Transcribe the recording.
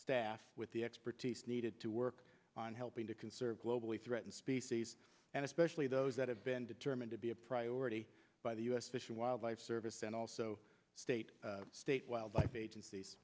staff with the expertise needed to work on helping to conserve glow threatened species and especially those that have been determined to be a priority by the u s fish and wildlife service and also state state wildlife agencies